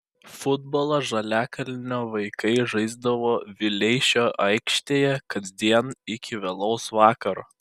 futbolą žaliakalnio vaikai žaisdavo vileišio aikštėje kasdien iki vėlaus vakaro